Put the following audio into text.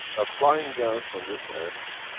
applying gans on this end,